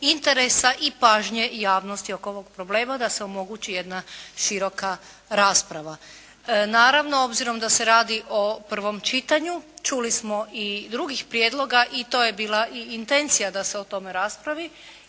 interesa i pažnje javnosti oko ovog problema, da se omogući jedna široka rasprava. Naravno obzirom da se radi o prvom čitanju, čuli smo i drugih prijedloga i to je bila i intencija da se o tome raspravi